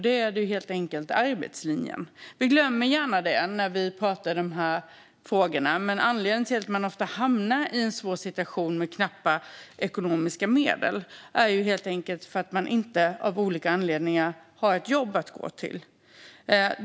Det handlar helt enkelt om arbetslinjen. Vi glömmer gärna den när vi pratar om de här frågorna, men anledningen till att man hamnar i en svår situation med knappa ekonomiska medel är ofta att man av olika anledningar inte har ett jobb att gå till.